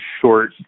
short